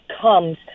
comes